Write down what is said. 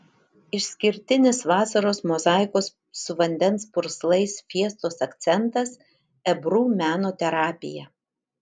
išskirtinis vasaros mozaikos su vandens purslais fiestos akcentas ebru meno terapija